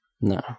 No